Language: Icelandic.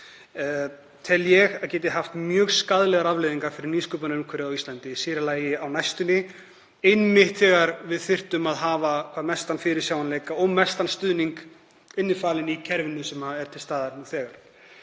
tel ég að geti haft mjög skaðlegar afleiðingar fyrir nýsköpunarumhverfið á Íslandi, sér í lagi á næstunni, einmitt þegar við þyrftum að hafa hvað mestan fyrirsjáanleika og mestan stuðning innifalinn í kerfinu sem er til staðar nú þegar.